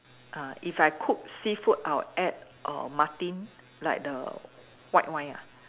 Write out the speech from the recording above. uh if I cook seafood I will add err Martin like the white wine ah